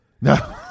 No